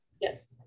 yes